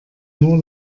nur